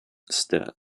ste